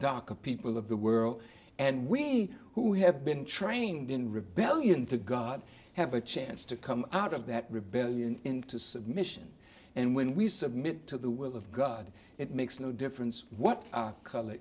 darker people of the world and we who have been trained in rebellion to god have a chance to come out of that rebellion into submission and when we submit to the will of god it makes no difference what our color